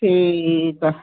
ਠੀਕ ਆ